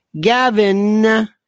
Gavin